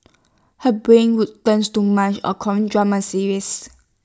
her brain would turns to mush on Korean drama serials